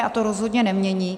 A to rozhodně nemění.